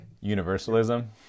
Universalism